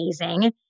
amazing